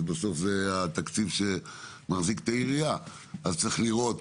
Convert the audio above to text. אז צריך לראות